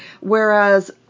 Whereas